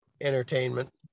entertainment